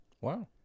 Wow